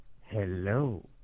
Hello